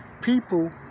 people